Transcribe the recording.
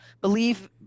believe